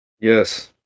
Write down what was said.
Yes